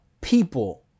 people